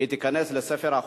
נתקבל.